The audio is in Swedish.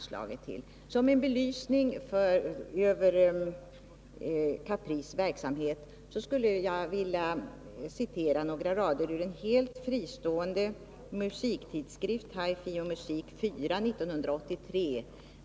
Som en belysning av Caprices verksamhet skulle jag vilja citera några rader ur en helt fristående musiktidskrift, HiFi & Musik, nr 4 1983.